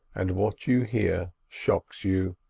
and what you hear shocks you